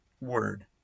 word